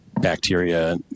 bacteria